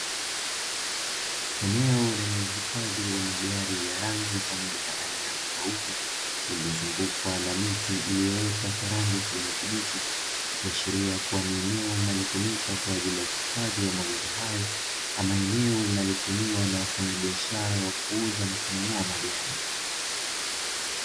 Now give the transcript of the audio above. Eneo lenye uhifadhi wa magari ya rangi pamoja na aina tofauti limezungukwa na miti iliyoota kwa kijani kibichi, ikiashiria kuwa ni eneo linalotumika kwa ajili ya uhifadhi wa magari hayo ama eneo linalotumiwa na wafanyabishara wa kuuza na kununua magari.